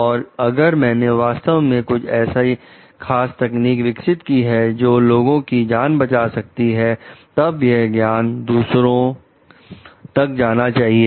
और अगर मैंने वास्तव में कुछ ऐसी खास तकनीक विकसित की है जो लोगों की जान बचा सकती है तब यह ज्ञान दूसरों में बैठना चाहिए